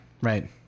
right